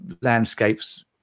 landscapes